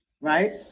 right